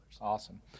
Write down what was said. Awesome